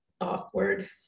awkward